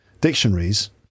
dictionaries